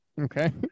Okay